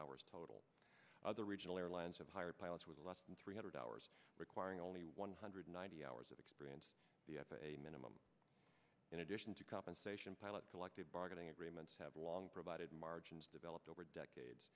hours total other regional airlines have hired pilots with less than three hundred hours requiring only one hundred ninety hours of experience the f a a minimum in addition to compensation pilots collective bargaining agreements have long provided margins developed over decades